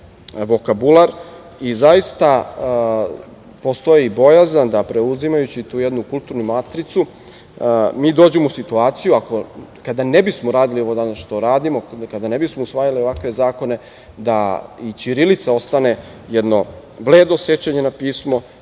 Zaista, postoji bojazan da preuzimajući tu jednu kulturnu matricu mi dođemo u situaciju, kada ne bismo radili ovo što danas radimo, kada ne bismo usvajali ovakve zakone, da i ćirilica ostane jedno bledo sećanje na pismo